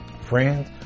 Friends